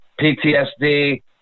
PTSD